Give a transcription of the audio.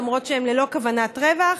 למרות שהן ללא כוונת רווח,